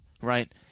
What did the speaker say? Right